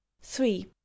Three